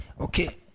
Okay